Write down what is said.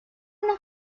unas